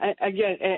Again